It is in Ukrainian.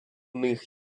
них